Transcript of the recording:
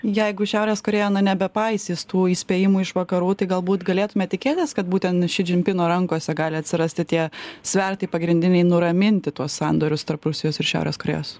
jeigu šiaurės korėja nebepaisys tų įspėjimų iš vakarų tai galbūt galėtume tikėtis kad būtent šidžimpino rankose gali atsirasti tie svertai pagrindiniai nuraminti tuos sandorius tarp rusijos ir šiaurės korėjos